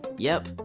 yep,